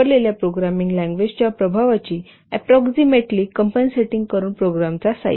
वापरलेल्या प्रोग्रामिंग लँग्वेजच्या प्रभावाची अप्रॉक्सिमेटली कंपनसेटिंग करुन प्रोग्रामचा साईज